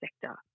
sector